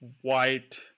white